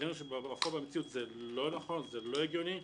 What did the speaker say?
ראינו שבמציאות זה לא נכון, זה לא הגיוני.